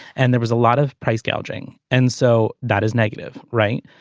and there was a lot of price gouging. and so that is negative. right.